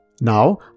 Now